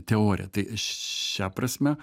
teorija tai šia prasme